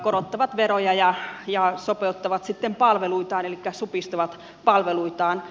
korottavat veroja ja sopeuttavat sitten palveluitaan elikkä supistavat palveluitaan